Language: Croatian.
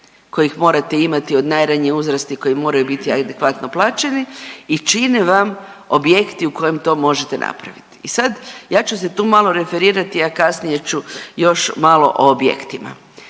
kojih morate imati od najranije uzrasti koji moraju biti i adekvatno plaćeni i čine vam objekti u kojem to možete napraviti. I sad ja ću se tu malo referirati, a kasnije ću još malo o objektima.